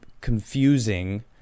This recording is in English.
confusing